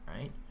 right